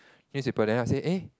newspaper then after that eh